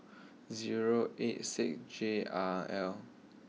zero eight six J R L